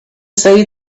say